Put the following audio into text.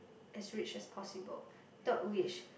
as rich as possible third wish